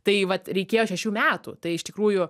tai vat reikėjo šešių metų tai iš tikrųjų